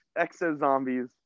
exo-zombies